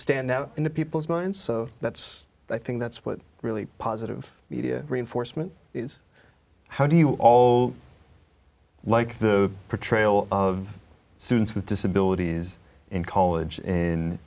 stand out in the people's minds so that's i think that's what really positive media reinforcement is how do you all like the portrayal of students with disabilities in college